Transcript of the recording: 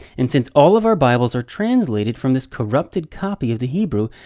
and since all of our bibles are translated from this corrupted copy of the hebrew,